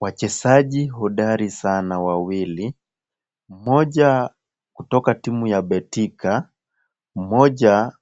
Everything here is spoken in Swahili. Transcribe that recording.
Wachezaji hodari sana wawili. Mmoja kutoka timu ya Betika, mmoja